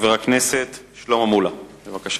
חבר הכנסת שלמה מולה, בבקשה.